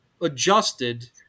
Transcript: adjusted